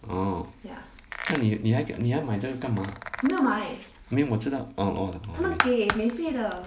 oh 那你你还你还买这个干嘛没有我知道 oh oh okay